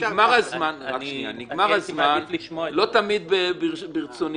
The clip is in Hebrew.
נגמר הזמן, לא תמיד ברצוני.